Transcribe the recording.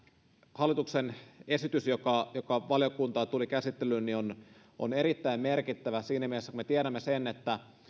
hallituksen esitys joka joka valiokuntaan tuli käsittelyyn on on erittäin merkittävä siinä mielessä että me tiedämme sen että